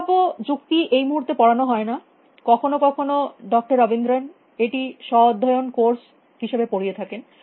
সম্ভাব্য যুক্তি এই মুহূর্তে পড়ানো হয় না কখনো কখনো ড রবীন্দ্রন এটি স্বঃ অধ্যয়ন কোর্স হিসাবে পড়িয়ে থাকেন